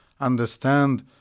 understand